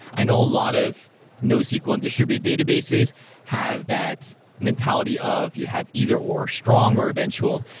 i know a lot of nosql and distributed databases have that mentality of you have either or strong or eventual.